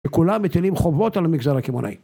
וכולם מטילים חובות על המגזר הקמעונאי.